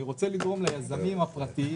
אני רוצה לגרום ליזמים הפרטיים